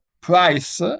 price